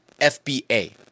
FBA